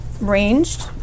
Ranged